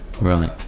Right